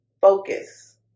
Focus